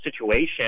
situation